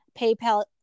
PayPal